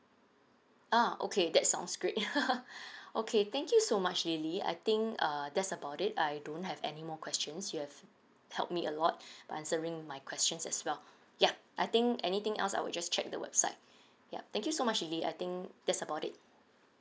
uh okay that sounds great okay thank you so much lily I think uh that's about it I don't have any more questions you have helped me a lot by answering my questions as well yeah I think anything else I will just check the website yup thank you so much lily I think that's about it